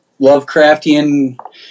Lovecraftian